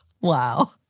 Wow